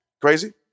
Crazy